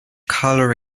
colour